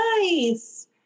Nice